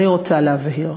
אני רוצה להבהיר.